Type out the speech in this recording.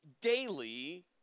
daily